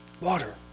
Water